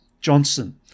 Johnson